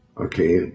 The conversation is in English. okay